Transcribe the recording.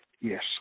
Yes